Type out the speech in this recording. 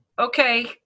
okay